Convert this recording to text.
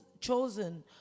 chosen